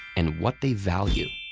and what they value.